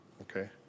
okay